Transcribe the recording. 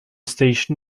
station